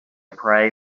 pray